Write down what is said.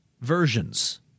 versions